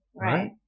Right